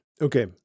Okay